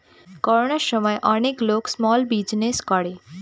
করোনার সময় অনেক লোক স্মল বিজনেস করে